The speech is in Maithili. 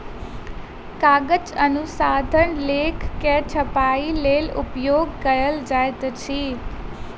कागज अनुसंधान लेख के छपाईक लेल उपयोग कयल जाइत अछि